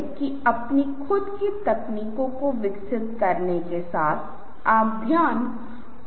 मैंने विभिन्न प्रकार की रचनाओं के साथ खेलने की कोशिश की है ताकि वे सुंदर और सामंजस्यपूर्ण दिखें